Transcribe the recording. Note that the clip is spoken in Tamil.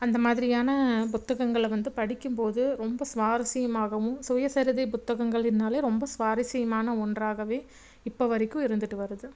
அந்த மாதிரியான புத்தங்ககளை வந்து படிக்கும்போது ரொம்ப சுவாரசியமாகவும் சுயசரிதை புத்தகங்கள்லின்னாலே ரொம்ப சுவாரசியமான ஒன்றாகவே இப்போ வரைக்கும் இருந்துகிட்டு வருது